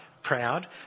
Proud